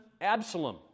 Absalom